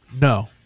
No